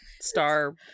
Star